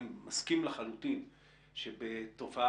אני מסכים לחלוטין שבתופעה,